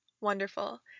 Wonderful